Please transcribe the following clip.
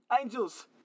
angels